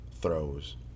throws